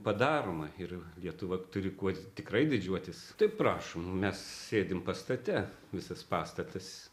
padaroma ir lietuva turi kuo tikrai didžiuotis tai prašom mes sėdim pastate visas pastatas